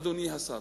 אדוני השר,